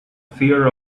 fear